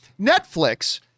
Netflix